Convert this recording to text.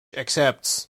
accepts